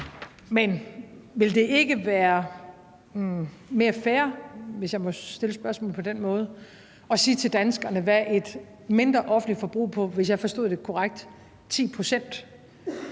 Men ville det ikke være mere fair, hvis jeg må stille spørgsmålet på den måde, at sige til danskerne, hvad et mindre offentligt forbrug på 10 pct. – hvis jeg forstod det korrekt – ville